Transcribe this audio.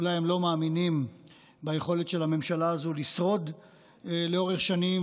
אולי הם לא מאמינים ביכולת של הממשלה הזו לשרוד לאורך שנים,